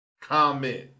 comment